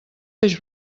peix